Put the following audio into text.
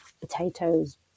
potatoes